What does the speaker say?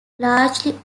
largely